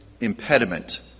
impediment